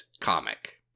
comic